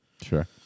Sure